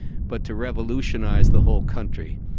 but to revolutionise the whole country.